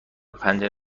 پنجره